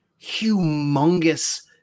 humongous